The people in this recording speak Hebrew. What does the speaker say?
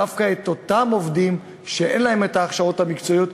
דווקא את אותם העובדים שאין להם ההכשרות המקצועיות,